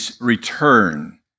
return